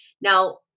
now